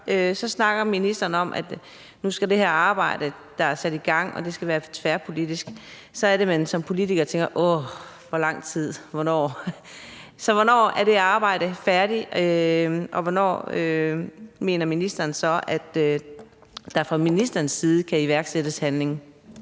Så snakker ministeren om, at nu skal det her arbejde, der er sat i gang, være tværpolitisk. Så er det, man som politiker tænker: Åh, hvor lang tid og hvornår? Så hvornår er det arbejde færdigt, og hvornår mener ministeren så at der fra ministerens side kan iværksættes handling?